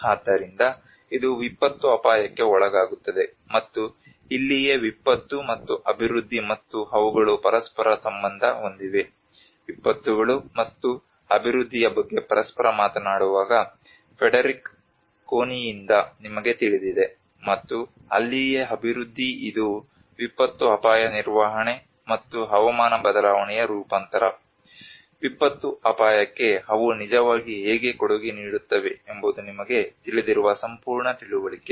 ಆದ್ದರಿಂದ ಇದು ವಿಪತ್ತು ಅಪಾಯಕ್ಕೆ ಒಳಗಾಗುತ್ತದೆ ಮತ್ತು ಇಲ್ಲಿಯೇ ವಿಪತ್ತು ಮತ್ತು ಅಭಿವೃದ್ಧಿ ಮತ್ತು ಅವುಗಳು ಪರಸ್ಪರ ಸಂಬಂಧ ಹೊಂದಿವೆ ವಿಪತ್ತುಗಳು ಮತ್ತು ಅಭಿವೃದ್ಧಿಯ ಬಗ್ಗೆ ಪರಸ್ಪರ ಮಾತನಾಡುವಾಗ ಫ್ರೆಡೆರಿಕ್ ಕೋನಿಯಿಂದ ನಿಮಗೆ ತಿಳಿದಿದೆ ಮತ್ತು ಅಲ್ಲಿಯೇ ಅಭಿವೃದ್ಧಿ ಇದು ವಿಪತ್ತು ಅಪಾಯ ನಿರ್ವಹಣೆ ಮತ್ತು ಹವಾಮಾನ ಬದಲಾವಣೆಯ ರೂಪಾಂತರ ವಿಪತ್ತು ಅಪಾಯಕ್ಕೆ ಅವು ನಿಜವಾಗಿ ಹೇಗೆ ಕೊಡುಗೆ ನೀಡುತ್ತವೆ ಎಂಬುದು ನಿಮಗೆ ತಿಳಿದಿರುವ ಸಂಪೂರ್ಣ ತಿಳುವಳಿಕೆ